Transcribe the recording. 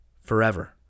forever